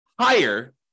higher